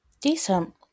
Decent